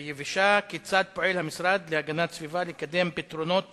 נושא שיידון כאן בכנסת הוא מתקן האמוניה במפרץ חיפה.